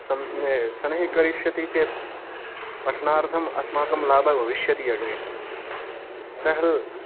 स शनैः करिष्यति चेत् पठनार्थम् अस्माकं लाभः भविष्यति अग्रे अतः